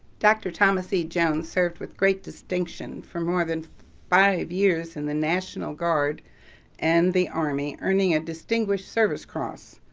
dr. thomas e. jones served with great distinction for more than five years in the national guard and the army earning a distinguished service cross,